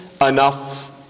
enough